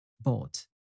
Bought